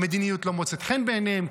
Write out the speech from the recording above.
המדיניות לא מוצאת חן בעיניהם,